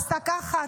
עשה ככה,